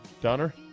Donner